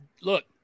look